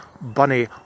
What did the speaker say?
Bunny